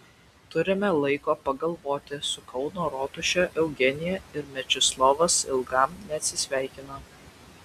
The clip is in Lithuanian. turime laiko pagalvoti su kauno rotuše eugenija ir mečislovas ilgam neatsisveikino